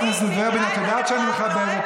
אני מכירה את